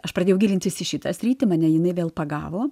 aš pradėjau gilintis į šitą sritį mane jinai vėl pagavo